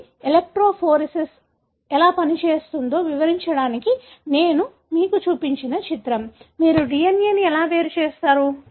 ఇది ఎలెక్ట్రోఫోరేసిస్ ఎలా పని చేస్తుందో వివరించడానికి నేను మీకు చూపించిన చిత్రం మీరు DNA ని ఎలా వేరు చేస్తారు